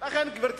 גברתי